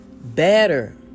better